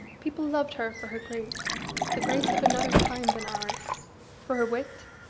people loved her for her grace the grace of another time than ours for her wit,